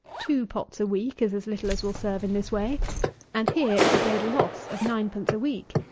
two pots a week is as little as will serve in this way and here is a dead loss of ninepence a week,